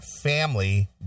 family